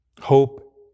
hope